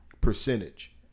percentage